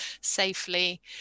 safely